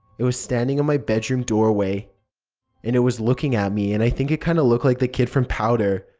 it was standing in my bedroom doorway and it was looking at me and i think it kinda looked like the kid from powder.